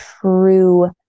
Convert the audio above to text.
true